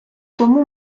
тому